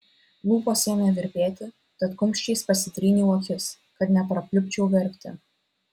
lūpos ėmė virpėti tad kumščiais pasitryniau akis kad neprapliupčiau verkti